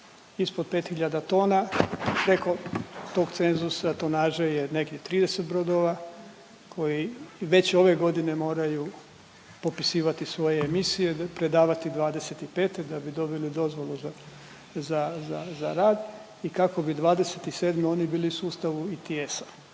ispod 5 hiljada tona, preko tog cenzusa, tonaže je nekih 30 brodova koji već ove godine moraju popisivati svoje emisije, predavati '25. da bi dobili dozvolu za rad i kako bi '27. oni bili u sustavu ITS-a,